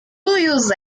use